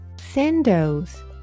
Sandals